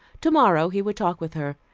tomorrow he would talk with her.